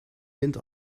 wint